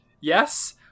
Yes